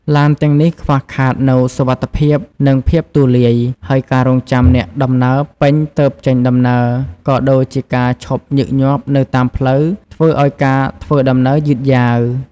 ឡានទាំងនេះខ្វះខាតនូវសុវត្ថិភាពនិងភាពទូលាយ ហើយការរង់ចាំអ្នកដំណើរពេញទើបចេញដំណើរ ក៏ដូចជាការឈប់ញឹកញាប់នៅតាមផ្លូវ ធ្វើឱ្យការធ្វើដំណើរយឺតយ៉ាវ។